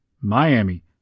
Miami